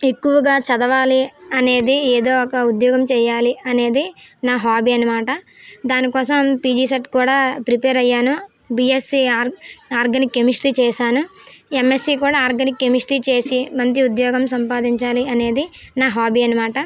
ఎక్కువగా చదవాలి అనేది ఏదో ఒక ఉద్యోగం చెయ్యాలి అనేది నా హాబి అన్నమాట దాని కోసం పీజీసెట్ కూడా ప్రిపేర్ అయ్యాను బీఎస్సీ ఆర్గానిక్ కెమిస్ట్రీ చేశాను ఎమ్మెస్సీ కూడా ఆర్గానిక్ కెమిస్ట్రీ చేసి మంచి ఉద్యోగం సంపాదించాలి అనేది నా హాబి అన్నమాట